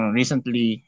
recently